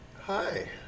hi